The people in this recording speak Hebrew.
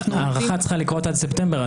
ההארכה צריכה לקרות עד ספטמבר.